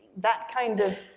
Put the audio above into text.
that kind of,